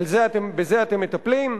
בזה אתם מטפלים?